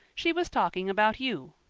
she was talking about you.